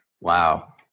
Wow